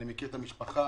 אני מכיר את המשפחה,